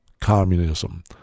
communism